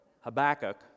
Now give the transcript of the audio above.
Habakkuk